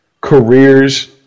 careers